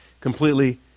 Completely